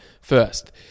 first